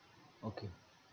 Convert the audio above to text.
okay